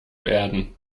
werden